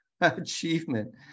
achievement